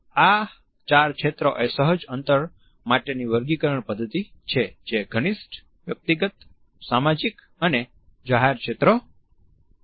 આ ચાર ક્ષેત્ર એ સહજ અંતર માટેની વર્ગીકરણ પદ્ધતિ છે જે ઘનિષ્ઠ વ્યક્તિગત સામાજિક અને જાહેર ક્ષેત્ર છે